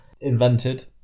invented